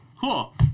cool